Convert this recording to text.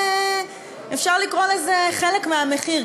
אפשר לקרוא לזה חלק מהמחיר,